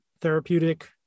therapeutic